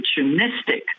opportunistic